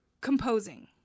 composing